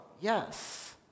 Yes